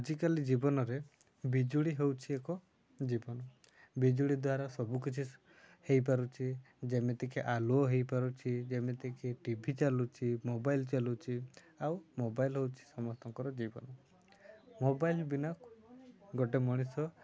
ଆଜିକାଲି ଜୀବନରେ ବିଜୁଳି ହେଉଛି ଏକ ଜୀବନ ବିଜୁଳି ଦ୍ୱାରା ସବୁକିଛି ହେଇପାରୁଛି ଯେମିତିକି ଆଲୁଅ ହେଇପାରୁଛି ଯେମିତିକି ଟିଭି ଚାଲୁଛି ମୋବାଇଲ୍ ଚାଲୁଛି ଆଉ ମୋବାଇଲ୍ ହେଉଛି ସମସ୍ତଙ୍କର ଜୀବନ ମୋବାଇଲ୍ ବିନା ଗୋଟେ ମଣିଷ